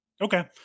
Okay